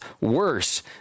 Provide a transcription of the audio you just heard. worse